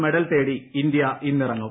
മെഡൽതേടി ഇന്ത്യ ഇന്നിറങ്ങും